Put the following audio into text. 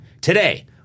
today